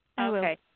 okay